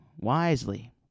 wisely